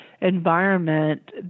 environment